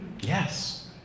Yes